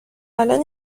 الان